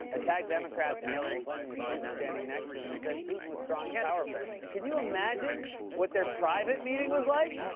attacked democrats and hillary clinton with putin standing next to him, and said putin was strong and powerful. can you imagine what their private meeting was like?